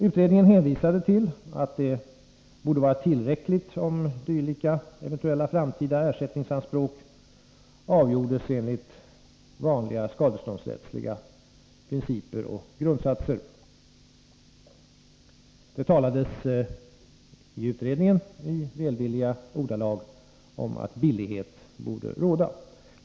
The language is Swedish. Utredningen hänvisade till att det borde vara tillräckligt om dylika eventuella framtida ersättningsanspråk avgjordes enligt vanliga skadeståndsrättsliga principer och grundsatser. Det talades i utredningen i välvilliga ordalag om att billighet borde råda.